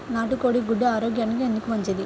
నాటు కోడి గుడ్లు ఆరోగ్యానికి ఎందుకు మంచిది?